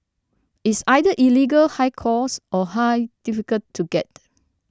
it's either illegal high cost or high difficult to get